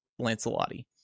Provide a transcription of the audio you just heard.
Lancelotti